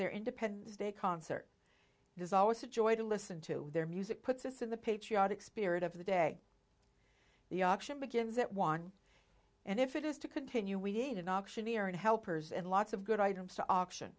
their independence day concert is always a joy to listen to their music puts us in the patriotic spirit of the day the auction begins at one and if it is to continue we need an auctioneer and helpers and lots of good items to auction